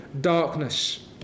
darkness